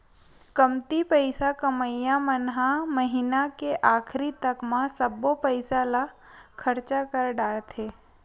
कमती पइसा कमइया मन ह महिना के आखरी तक म सब्बो पइसा ल खरचा कर डारथे